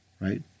right